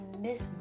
miss